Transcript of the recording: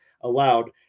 allowed